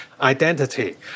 identity